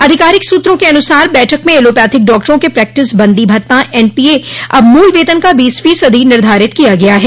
आधिकारिक सूत्रों के अनुसार बैठक में एलोपैथिक डाक्टरों के प्रैक्टिस बन्दी भत्ता एनपीए अब मूल वेतन का बीस फ़ीसदी निर्धारित किया गया है